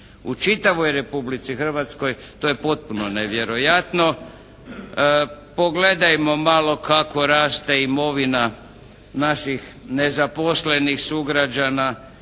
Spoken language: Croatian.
u čitavoj Republici Hrvatskoj. To je potpuno nevjerojatno. Pogledajmo malo kako raste imovina naših nezaposlenih sugrađana